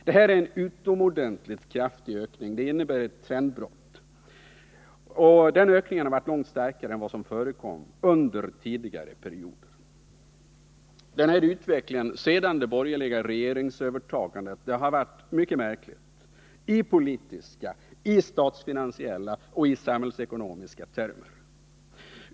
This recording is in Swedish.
Detta är en utomordentligt kraftig ökning, som innebär ett trendbrott — den är långt starkare än vad som förekommit under tidigare perioder. Utvecklingen efter det borgerliga regeringsövertagandet har varit mycket märklig i politiska, statsfinansiella och samhällsekonomiska termer.